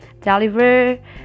deliver